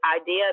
idea